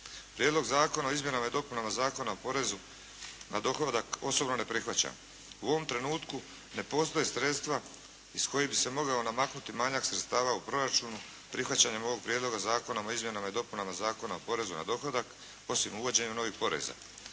Prijedlog zakona o izmjenama i dopunama Zakona o porezu na dohodak osobno ne prihvaćam. U ovom trenutku ne postoje sredstva iz kojih bi se mogao namaknuti manjak sredstava u proračunu prihvaćanjem ovog Prijedloga zakona o izmjenama i dopunama Zakona o porezu na dohodak osim uvođenja novih poreza.